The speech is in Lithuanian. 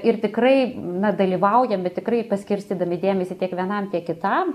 ir tikrai na dalyvaujam bet tikrai paskirstydami dėmesį tiek vienam tiek kitam